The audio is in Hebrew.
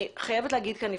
אני חייבת להגיד כאן,